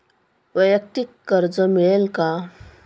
वैयक्तिक कर्ज मिळेल का?